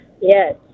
Yes